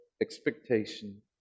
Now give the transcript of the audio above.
expectation